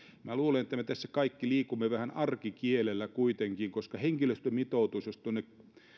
minä luulen että me tässä kaikki liikumme vähän arkikielellä kuitenkin koska henkilöstömitoitus jos tuonne